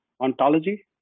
ontology